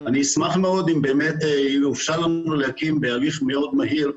אני אשמח מאוד אם יאופשר לנו להקים בהליך מאוד מהיר,